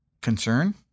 concern